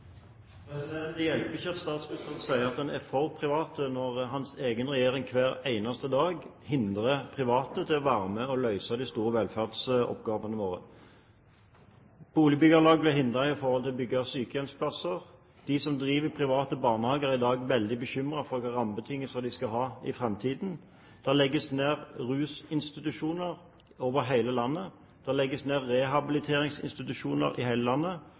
Det hjelper ikke at statsministeren sier at han er for private når hans egen regjering hver eneste dag hindrer private i å være med på å løse de store velferdsoppgavene våre. Boligbyggelag blir hindret i å bygge sykehjemsplasser. De som driver private barnehager, er i dag veldig bekymret for hvilke rammebetingelser de skal ha i framtiden. Det legges ned rusinstitusjoner over hele landet. Det legges ned rehabiliteringsinstitusjoner i hele landet.